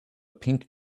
pink